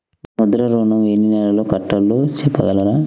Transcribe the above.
ముద్ర ఋణం ఎన్ని నెలల్లో కట్టలో చెప్పగలరా?